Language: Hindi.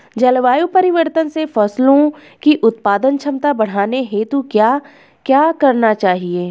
जलवायु परिवर्तन से फसलों की उत्पादन क्षमता बढ़ाने हेतु क्या क्या करना चाहिए?